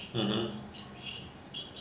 mmhmm